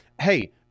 hey